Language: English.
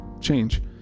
change